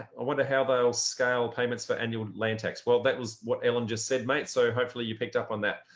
i wonder how they'll scale payments for annual land tax? well, that was what ellen just said, mate. so hopefully you picked up on that.